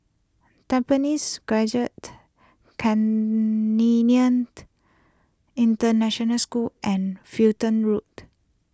Tampines can lenient International School and Fulton Road